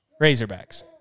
Razorbacks